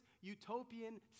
utopian